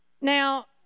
Now